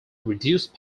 reduced